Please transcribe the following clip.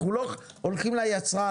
אנחנו לא הולכים ליצרן,